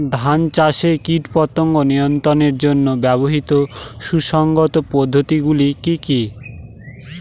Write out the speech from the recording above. ধান চাষে কীটপতঙ্গ নিয়ন্ত্রণের জন্য ব্যবহৃত সুসংহত পদ্ধতিগুলি কি কি?